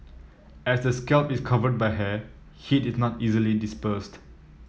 as the scalp is covered by hair heat is not easily dispersed